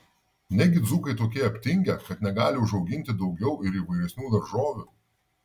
negi dzūkai tokie aptingę kad negali užauginti daugiau ir įvairesnių daržovių